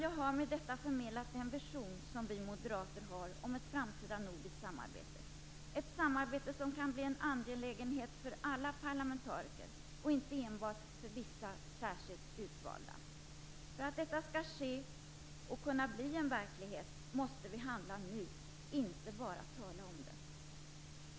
Jag har med detta förmedlat den vision som vi moderater har om ett framtida nordiskt samarbete, ett samarbete som kan bli en angelägenhet för alla parlamentariker och inte enbart för vissa särskilt utvalda. För att detta skall ske och kunna bli verklighet måste vi handla nu, inte bara tala om det.